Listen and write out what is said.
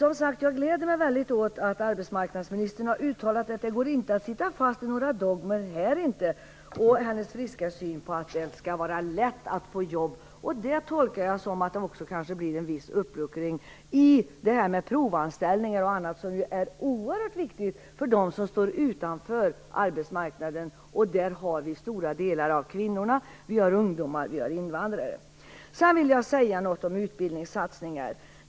Jag glädjer mig åt arbetsmarknadsministerns uttalande om att det inte går att sitta fast i några dogmer och åt hennes friska syn att det skall vara lätt att få jobb. Detta tolkar jag som att det kanske blir en viss uppluckring i reglerna kring provanställning och annat, som ju är oerhört viktigt för dem som står utanför arbetsmarknaden. Där har vi stora delar av kvinnorna, ungdomar och invandrare. Jag vill säga något om utbildningssatsningar.